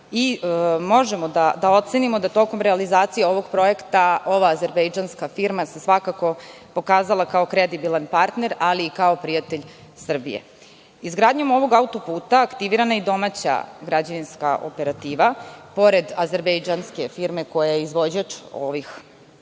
i možemo da ocenimo da tokom realizacije ovog projekta ova azerbejdžanska firma se svakako pokazala kao kredibilan partner, ali i kao prijatelj Srbije. Izgradnjom ovog autoputa aktivirana je i domaća građevinska operativa. Pored azerbejdžanske firme koja je glavni izvođač ovih radova,